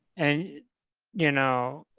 and you know,